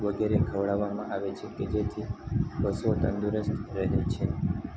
વગેરે ખવડાવવામાં આવે છે કે જે થી પશુઓ તંદુરસ્ત રહે છે